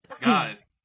guys